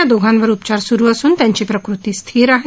या दोघांवर उपचार सुरू असून त्यांची प्रकृती स्थिर आहे